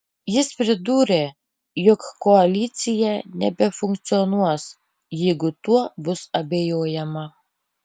jis pridūrė jog koalicija nebefunkcionuos jeigu tuo bus abejojama